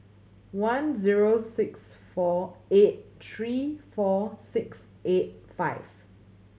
one zero six four eight three four six eight five